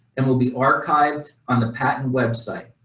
and will be archived on the patent website.